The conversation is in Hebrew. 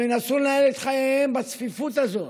הם ינסו לנהל את חייהם בצפיפות הזאת,